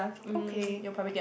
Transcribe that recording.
okay